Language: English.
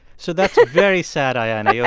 so that's very sad, ayanna. yeah